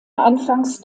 anfangs